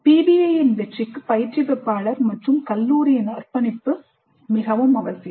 PBIஇன் வெற்றிக்கு பயிற்றுவிப்பாளர் மற்றும் கல்லூரியின் அர்ப்பணிப்பு அவசியம்